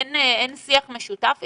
אין שיח משותף אתם?